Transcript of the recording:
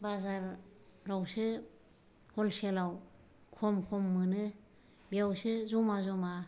बाजारावसो हलसेलाव खम खम मोनो बेयावसो जमा जमा